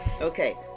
Okay